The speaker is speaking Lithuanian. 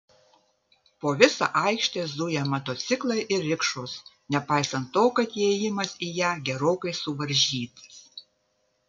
po visą aikštę zuja motociklai ir rikšos nepaisant to kad įėjimas į ją gerokai suvaržytas